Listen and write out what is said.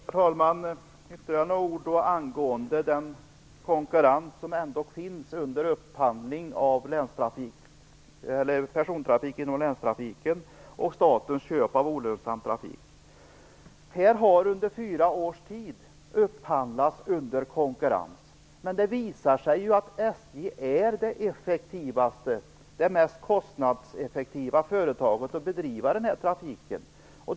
Herr talman! Först vill jag säga ytterligare några ord angående den konkurrens som ändå finns vid upphandling av persontrafik inom länstrafiken och statens köp av olönsam trafik. Här har under fyra års tid upphandlats under konkurrens. Men det visar sig ju att SJ är det effektivaste och mest kostnadseffektiva företaget som kan bedriva den här trafiken.